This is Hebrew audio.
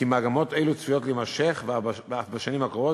כי מגמות אלה צפויות להימשך אף בשנים הקרובות,